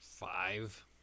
Five